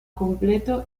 completo